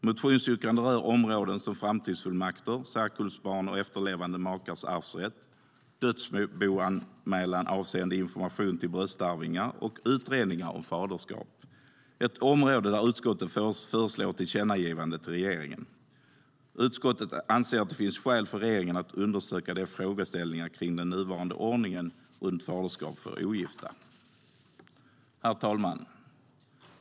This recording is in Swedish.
Motionsyrkandena rör områden som framtidsfullmakter, särkullbarns och efterlevande makars arvsrätt, dödsboanmälan avseende information till bröstarvingar och utredningar om faderskap, ett område där utskottet föreslår ett tillkännagivande till regeringen. Utskottet anser att det finns skäl för regeringen att undersöka frågeställningar kring den nuvarande ordningen runt faderskap för ogifta. Herr talman!